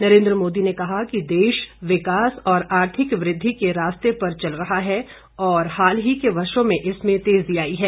नरेन्द्र मोदी ने कहा कि देश विकास और आर्थिक वृद्धि के रास्ते पर चल रहा है और हाल के वर्षो में इसमें तेजी आई है